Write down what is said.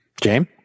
James